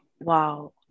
Wow